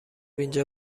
اینجا